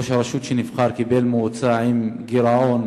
ראש הרשות שנבחר קיבל מועצה עם גירעון